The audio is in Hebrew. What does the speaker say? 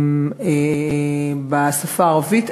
בשפה הערבית,